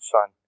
Son